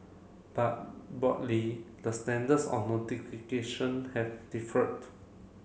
but broadly the standards on notification have differed